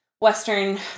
Western